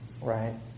right